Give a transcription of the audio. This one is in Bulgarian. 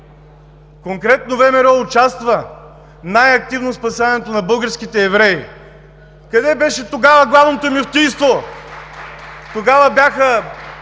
конкретно ВМРО участва най-активно в спасяването на българските евреи. Къде беше тогава Главното мюфтийство?!